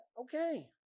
Okay